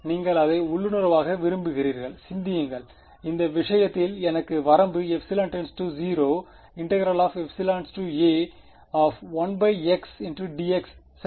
நீங்கள் அதை உள்ளுணர்வாக விரும்புவீர்கள் சிந்தியுங்கள் இந்த விஷயத்தில் எனக்கு வரம்பு ε → 0 a 1xdx சரி